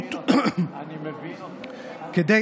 לתורנות כדי